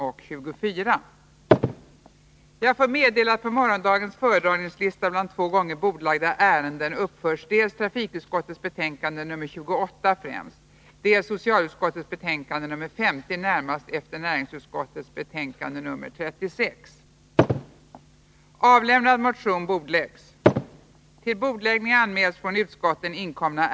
Genom detta förfarande lägger man ökade transportoch hanteringskostnader på jordbruket. Waplans Mekaniska Verkstads AB är ett företag i Jämtlands län som vid ett par tillfällen har erhållit lokaliseringsstöd. Nu har uppgifter framkommit som tyder på att både tillverkningsoch försäljningsrätten till barktrumman har sålts. Mycket talar för att sysselsättningen på sikt därmed är hotad. 1. Är statsrådet beredd att redovisa industridepartementets syn på försäljningsoch produktionsförhållandena vid Waplans Mekaniska Verkstads AB i Krokoms kommun? 2.